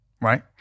right